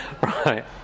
right